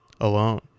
alone